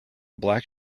black